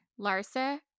larsa